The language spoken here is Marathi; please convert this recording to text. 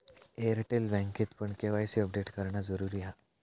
एअरटेल बँकेतपण के.वाय.सी अपडेट करणा जरुरी हा